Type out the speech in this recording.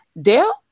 Dale